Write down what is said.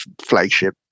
flagship